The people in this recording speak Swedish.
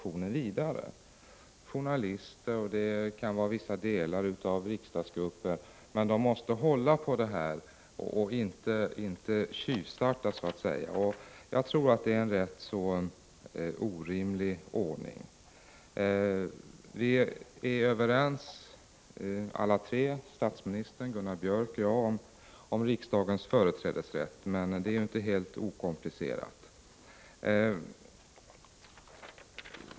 Det kan vara journalister eller vissa delar av riksdagsgrupperna som måste hålla tyst och inte får tjuvstarta spridandet av information. Jag tror att detta är en orimlig ordning. Vi är överens alla tre — statsministern, Gunnar Biörck i Värmdö och jag — om riksdagens företrädesrätt, men den är inte helt okomplicerad.